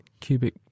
cubic